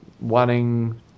wanting